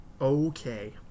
Okay